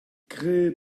créé